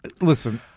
Listen